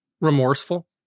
remorseful